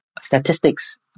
statistics